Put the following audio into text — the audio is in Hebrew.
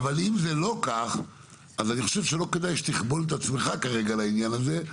אבל אם זה לא כך אז אני חושב שלא כדאי שתכבול את עצמך לעניין הזה כרגע.